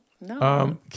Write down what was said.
no